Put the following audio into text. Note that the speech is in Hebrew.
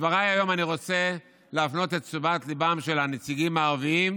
בדבריי היום אני רוצה להפנות את תשומת ליבם של הנציגים הערבים,